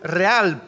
real